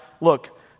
look